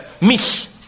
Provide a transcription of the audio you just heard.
miss